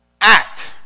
Act